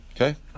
Okay